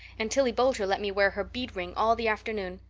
and tillie boulter let me wear her bead ring all the afternoon.